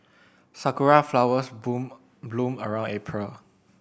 sakura flowers bloom bloom around April